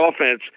offense